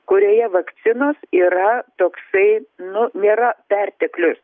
kurioje vakcinos yra toksai nu nėra perteklius